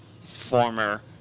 Former